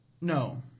No